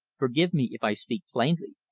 forgive me if i speak plainly.